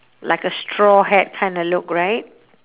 like a straw hat kinda look right